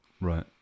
Right